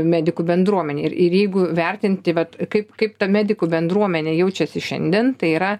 medikų bendruomenei ir jeigu vertinti vat kaip kaip ta medikų bendruomenė jaučiasi šiandien tai yra